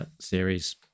series